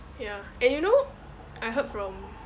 ya and you know I heard from